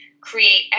create